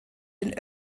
den